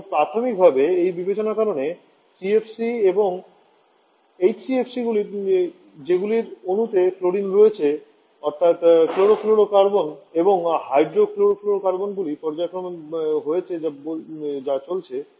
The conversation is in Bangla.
এবং প্রাথমিকভাবে এই বিবেচনার কারণে সিএফসি এবং এইচসিএফসিগুলির যেগুলির অণুতে ক্লোরিন রয়েছে অর্থাৎ ক্লোরোফ্লোরোকার্বন এবং হাইড্রোক্লোরফ্লুওরোকার্বনগুলি পর্যায়ক্রমে হয়েছে বা চলছে